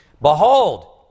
Behold